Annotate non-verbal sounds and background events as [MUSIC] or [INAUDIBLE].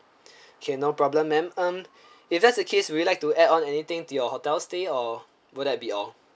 [BREATH] okay no problem ma'am um if that's the case would you like to add on anything to your hotel stay or would that be all